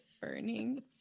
burning